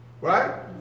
right